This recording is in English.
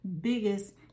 biggest